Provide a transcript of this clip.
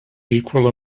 equal